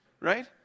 right